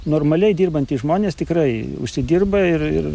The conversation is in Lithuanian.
normaliai dirbantys žmonės tikrai užsidirba ir ir